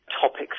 topics